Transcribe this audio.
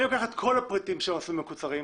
אני לוקח את כל הפריטים של המסלולים המקוצרים,